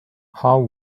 how